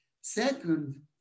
Second